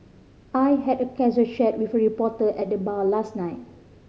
I had a casual chat with a reporter at the bar last night